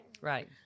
Right